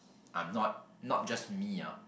I'm not not just me ah